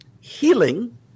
healing